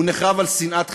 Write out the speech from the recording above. הוא נחרב על שנאת חינם.